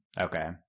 Okay